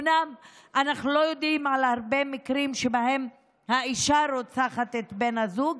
אומנם אנחנו לא יודעים על הרבה מקרים שבהם האישה רוצחת את בן הזוג,